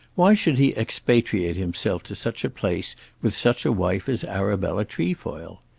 why should he expatriate himself to such a place with such a wife as arabella trefoil?